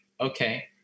okay